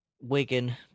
Wigan